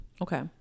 Okay